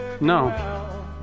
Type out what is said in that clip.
No